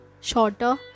shorter